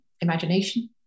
imagination